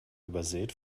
übersät